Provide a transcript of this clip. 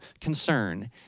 concern